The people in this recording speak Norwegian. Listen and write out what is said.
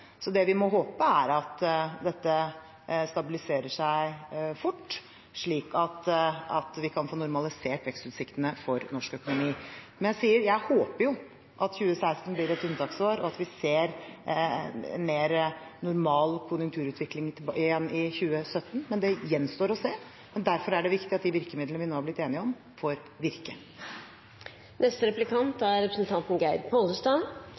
Så det vi må håpe, er at dette stabiliserer seg fort, slik at vi kan få normalisert vekstutsiktene for norsk økonomi. Men jeg sier: Jeg håper jo at 2016 blir et unntaksår og at vi ser en mer normal konjunkturutvikling igjen i 2017. Men det gjenstår å se. Derfor er det viktig at de virkemidlene vi nå er blitt enige om, får